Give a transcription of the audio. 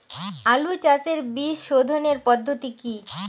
আলু চাষের বীজ সোধনের পদ্ধতি কি?